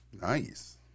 Nice